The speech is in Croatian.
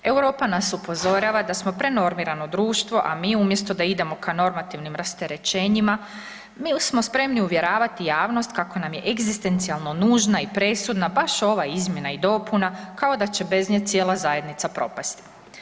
Europa nas upozorava da smo prenormirano društvo, a mi umjesto da idemo ka normativnim rasterećenjima mi smo spremni uvjeravati javnost kako nam je egzistencijalno nužna i presudna baš ova izmjena i dopuna kao da će bez nje cijela zajednica propasti.